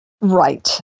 Right